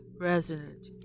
Resident